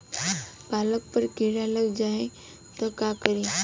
पालक पर कीड़ा लग जाए त का करी?